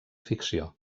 ficció